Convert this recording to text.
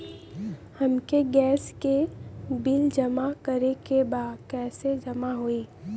हमके गैस के बिल जमा करे के बा कैसे जमा होई?